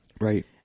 right